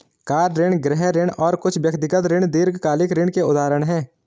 car ऋण, गृह ऋण और कुछ व्यक्तिगत ऋण दीर्घकालिक ऋण के उदाहरण हैं